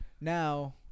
now